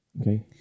Okay